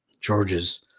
George's